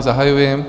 Zahajuji.